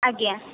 ଆଜ୍ଞା